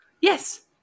Yes